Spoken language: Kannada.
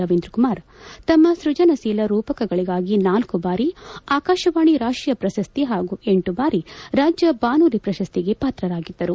ರವೀಂದ್ರ ಕುಮಾರ್ ತಮ್ಮ ಸ್ಕಜನಶೀಲ ರೂಪಕಗಳಿಗಾಗಿ ನಾಲ್ಕು ಬಾರಿ ಆಕಾಶವಾಣಿ ರಾಷ್ಟೀಯ ಪ್ರಶಸ್ತಿ ಹಾಗೂ ಎಂಟು ಬಾರಿ ರಾಜ್ಯ ಬಾನುಲಿ ಪ್ರಶಸ್ತಿಗೆ ಪಾತ್ರರಾಗಿದ್ದರು